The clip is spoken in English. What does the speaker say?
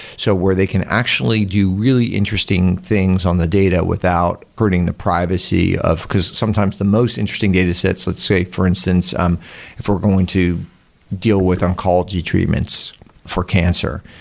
so where they can actually do really interesting things on the data without hurting the privacy of because sometimes the most interesting datasets, let's say, for instance um if we're going to deal with oncology treatments for cancer.